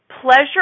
pleasure